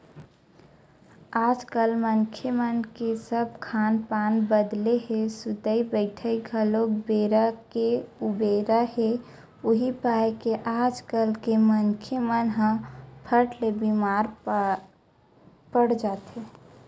आजकल मनखे मन के सब खान पान बदले हे सुतई बइठई घलोक बेरा के उबेरा हे उहीं पाय के आजकल के मनखे मन ह फट ले बीमार पड़ जाथे